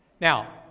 Now